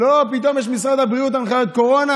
פתאום יש למשרד הבריאות הנחיית קורונה.